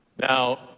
Now